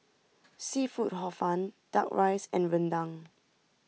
Seafood Hor Fun Duck Rice and Rendang